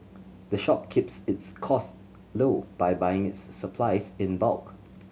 the shop keeps its cost low by buying its supplies in bulk